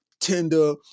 Tinder